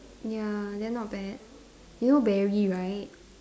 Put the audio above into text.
ya then not bad you know Barry right